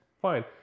fine